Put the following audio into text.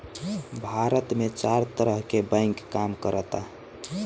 भारत में चार तरह के बैंक काम करऽता